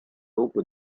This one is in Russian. опыт